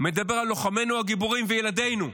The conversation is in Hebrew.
מדבר על לוחמינו הגיבורים וילדינו.